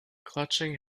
clutching